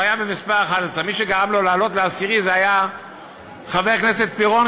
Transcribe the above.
הוא היה מספר 11. מי שגרם לו לעלות לעשירי היה חבר הכנסת פירון,